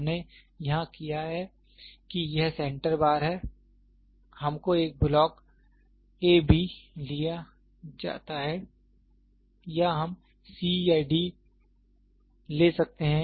हमने यहां किया है कि यह सेंटर बार हैहमको एक ब्लॉक a b लिया जाता है या हम c या d ले सकते हैं